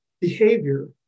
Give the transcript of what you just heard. behavior